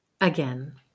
again